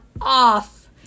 off